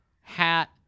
hat